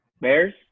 Bears